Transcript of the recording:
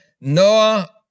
Noah